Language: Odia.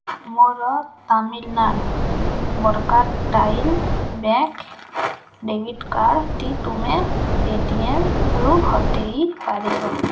ମୋର ତାମିଲନାଡ଼୍ ମର୍କାଟାଇଲ୍ ବ୍ୟାଙ୍କ୍ ଡେବିଟ୍ କାର୍ଡ଼ଟି ତୁମେ ପେଟିଏମରୁ ହଟେଇ ପାରିବ